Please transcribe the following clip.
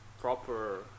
proper